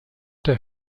der